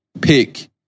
pick